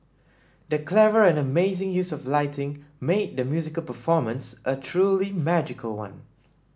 the clever and amazing use of lighting made the musical performance a truly magical one